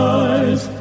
eyes